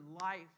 life